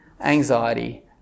anxiety